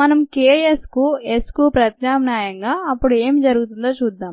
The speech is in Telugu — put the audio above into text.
మనం Ksకు Sకు ప్రత్యామ్నాయంగా అప్పుడు ఏమి జరుగుతుందో చూద్దాం